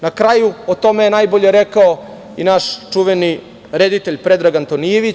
Na kraju, o tome je najbolje rekao i naš čuveni reditelj Predrag Antonijević.